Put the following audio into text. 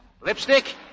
Lipstick